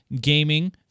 Gaming